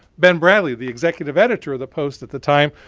ben bradley, the executive editor of the post at the time,